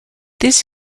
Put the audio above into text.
this